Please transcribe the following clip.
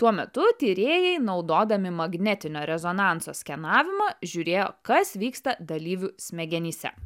tuo metu tyrėjai naudodami magnetinio rezonanso skenavimą žiūrėjo kas vyksta dalyvių smegenyse